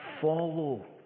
follow